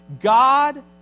God